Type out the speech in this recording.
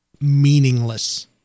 meaningless